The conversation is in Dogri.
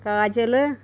काजल